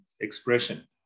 expression